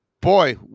boy